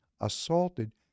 assaulted